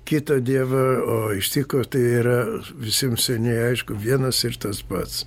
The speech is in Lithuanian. kitą dievą o iš tikro tai yra visiem seniai aišku vienas ir tas pats